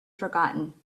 forgotten